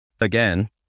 again